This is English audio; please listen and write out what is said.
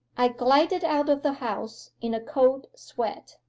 i glided out of the house in a cold sweat.